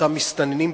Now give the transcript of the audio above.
אותם "מסתננים",